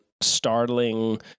startling